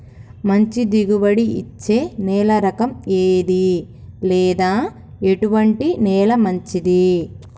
మంచి దిగుబడి ఇచ్చే నేల రకం ఏది లేదా ఎటువంటి నేల మంచిది?